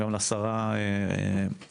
וגם לשרה היוצאת.